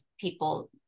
people